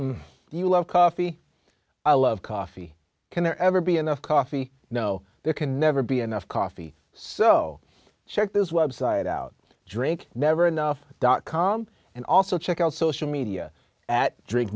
miti you love coffee i love coffee can there ever be enough coffee no there can never be enough coffee so check this website out drink never enough dot com and also check out social media that drink